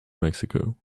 mexico